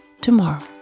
tomorrow